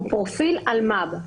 הוא פרופיל אלמ"ב.